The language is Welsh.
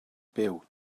byw